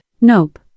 Nope